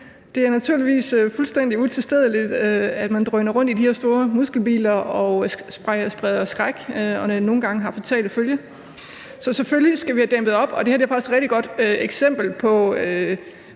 Det er naturligvis fuldstændig utilstedeligt, at man drøner rundt i de her store muskelbiler og spreder skræk – og nogle gange har det fatale følger. Så selvfølgelig skal vi have dæmmet op for det, og det her er faktisk et rigtig godt eksempel på,